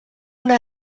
una